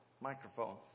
microphone